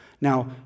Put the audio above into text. Now